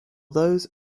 those